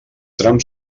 tram